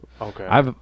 Okay